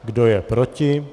Kdo je proti?